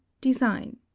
design